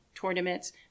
tournaments